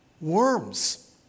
worms